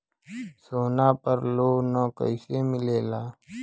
सोना पर loan कइसे मिलेला?